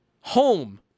home